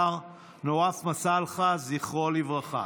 נואף מסאלחה, זכרו לברכה.